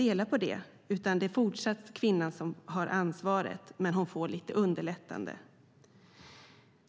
I stället är det fortsatt kvinnan som har ansvaret men hon får lite avlastning.